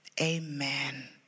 Amen